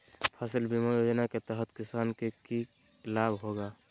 फसल बीमा योजना के तहत किसान के की लाभ होगा?